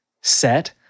set